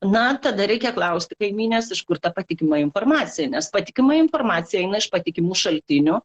na tada reikia klausti kaimynės iš kur ta patikima informacija nes patikima informacija eina iš patikimų šaltinių